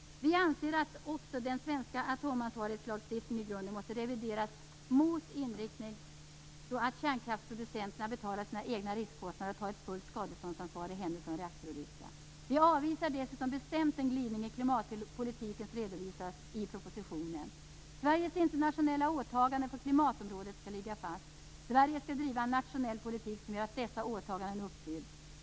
Vi anser att också den svenska atomansvarighetslagstiftningen i grunden måste revideras med inriktning mot att kärnkraftsproducenterna betalar sina egna riskkostnader och tar ett fullt skadeståndsansvar i händelse av en reaktorolycka. Vi avvisar dessutom bestämt den glidning i klimatpolitiken som redovisas i propositionen. Sveriges internationella åtagande på klimatområdet skall ligga fast. Sverige skall driva en nationell politik som gör att dessa åtaganden uppfylls.